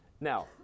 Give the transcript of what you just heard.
Now